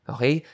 Okay